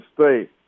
State